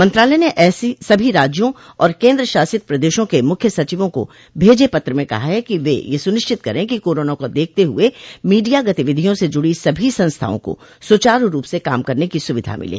मंत्रालय ने सभी राज्यों और केन्द्र शासित प्रदेशों के मुख्य सचिवों को भेजे पत्र में कहा है कि वे यह सुनिश्चित करें कि कोरोना को देखते हुए मीडिया गतिविधियों से जुड़ी सभी संस्थाओं को सुचारू रूप से काम करने की सुविधा मिले